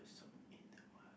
soap in the water